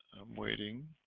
waiting